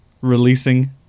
releasing